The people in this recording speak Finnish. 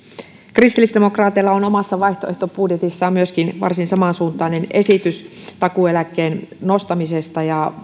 kristillisdemokraateilla on omassa vaihtoehtobudjetissaan myöskin varsin samansuuntainen esitys takuueläkkeen nostamisesta